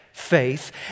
Faith